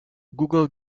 google